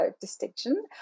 distinction